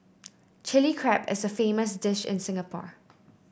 Chilli Crab is a famous dish in Singapore